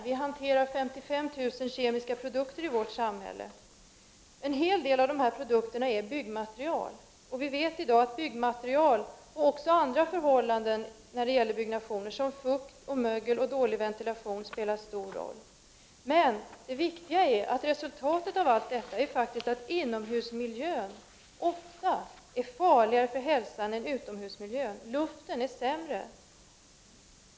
Vi hanterar 55 000 kemiska produkter i vårt samhälle. En hel del av de produkterna är byggnadsmaterial. Vi vet i dag att byggnadsmaterial, och även andra förhållanden som gäller byggnation, nämligen fukt, mögel och dålig ventilation, spelar stor roll. Men det viktiga är att resultatet av allt detta faktiskt är att inomhusmiljön ofta är farligare för hälsan än utomhusmiljön. Luften är sämre.